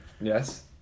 Yes